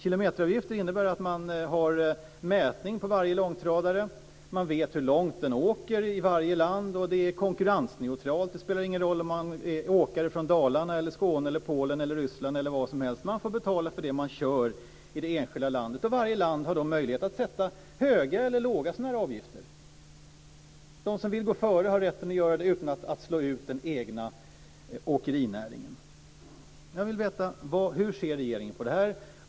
Kilometeravgifter innebär att det är mätning på varje långtradare. Man vet hur långt den åker i varje land. Det är konkurrensneutralt. Det spelar ingen roll om det är en åkare från Dalarna, Skåne, Polen eller Ryssland. De får betala för vad de kör i det enskilda landet. Varje land har då möjlighet att sätta höga eller låga avgifter. De som vill gå före har rätten att göra det utan att slå ut den egna åkerinäringen. Hur ser regeringen på detta?